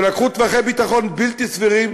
שלקחו טווחי ביטחון בלתי סבירים,